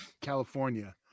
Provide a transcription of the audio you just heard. California